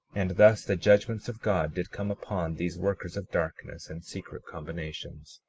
and thus the judgments of god did come upon these workers of darkness and secret combinations.